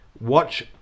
watch